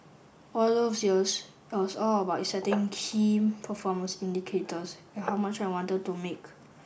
all those years all was all about setting key performance indicators and how much I wanted to make